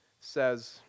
says